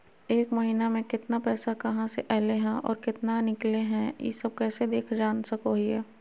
एक महीना में केतना पैसा कहा से अयले है और केतना निकले हैं, ई सब कैसे देख जान सको हियय?